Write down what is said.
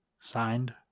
Signed